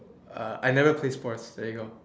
uh I never play sports there you go